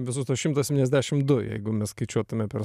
visus tuos šimtą septyniasdešim du jeigu mes skaičiuotume per